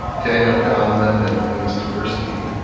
daniel kahneman and amos tversky.